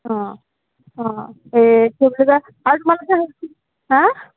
অ অ এই কি বুলি কয় আৰু তোমালোকে হাঁ